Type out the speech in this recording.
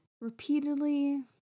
repeatedly